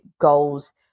goals